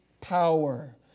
power